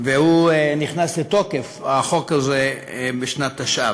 והוא נכנס לתוקף, החוק הזה, בשנת תשע"ו.